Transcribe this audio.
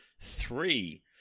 Three